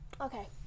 Okay